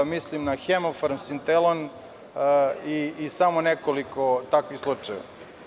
Mislim na „Hemofarm“, „Sintelon“ i samo nekoliko takvih slučajeva.